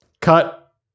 cut